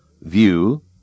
view